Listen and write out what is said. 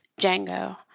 Django